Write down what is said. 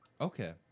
Okay